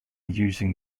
using